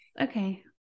Okay